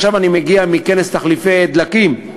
עכשיו אני מגיע מכנס תחליפי דלקים,